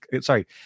Sorry